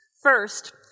First